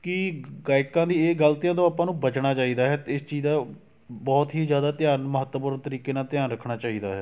ਕਿ ਗ ਗਾਇਕਾਂ ਦੀ ਇਹ ਗਲਤੀਆਂ ਤੋਂ ਆਪਾਂ ਨੂੰ ਬਚਣਾ ਚਾਹੀਦਾ ਹੈ ਇਸ ਚੀਜ਼ ਦਾ ਬਹੁਤ ਹੀ ਜ਼ਿਆਦਾ ਧਿਆਨ ਮਹੱਤਵਪੂਰਨ ਤਰੀਕੇ ਨਾਲ ਧਿਆਨ ਰੱਖਣਾ ਚਾਹੀਦਾ ਹੈ